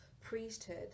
priesthood